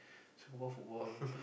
Singapore football